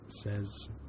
Says